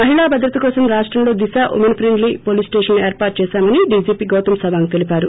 మహిళా భద్రతా కోసం రాష్టంలో దిశ ఉమెన్ ఫ్రెండ్లీ పోలీస్స్టేషన్లు ఏర్పాటు చేశామని డీజీపీ గౌతం సవాంగ్ తెలివారు